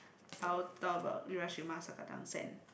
I will talk about Urashima Sakata Sen